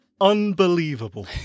unbelievable